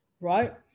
right